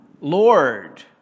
Lord